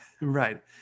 right